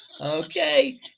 Okay